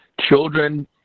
children